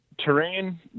terrain